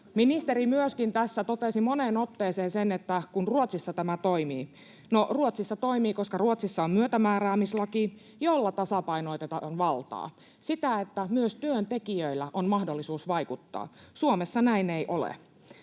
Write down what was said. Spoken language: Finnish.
Ministeri myöskin tässä totesi moneen otteeseen, että kun Ruotsissa tämä toimii. No, Ruotsissa toimii, koska Ruotsissa on myötämääräämislaki, jolla tasapainotetaan valtaa, niin että myös työntekijöillä on mahdollisuus vaikuttaa. Suomessa näin ei ole.